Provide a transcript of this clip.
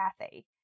Kathy